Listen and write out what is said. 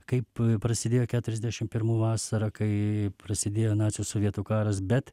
kaip prasidėjo keturiasdešim pirmų vasarą kai prasidėjo nacių sovietų karas bet